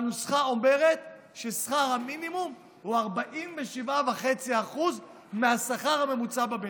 והנוסחה אומרת ששכר המינימום הוא 47.5% מהשכר הממוצע במשק.